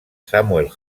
samuel